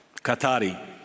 Qatari